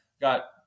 got